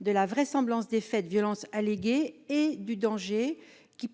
de la vraisemblance de faits de violence allégués et du danger